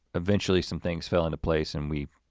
eventually, some things fell into place and we